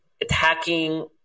attacking –